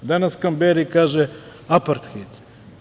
Danas Kamberi kaže - aparthejd.